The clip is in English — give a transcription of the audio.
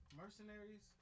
Mercenaries